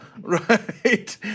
right